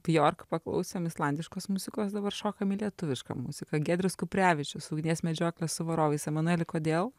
bjork paklausėm islandiškos muzikos dabar šokam į lietuvišką muziką giedrius kuprevičius ugnies medžioklė su varovais emanueli kodėl